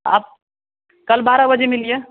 आप कल बारह बजे मिलिए